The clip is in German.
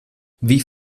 wie